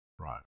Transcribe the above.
Right